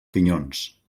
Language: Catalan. pinyons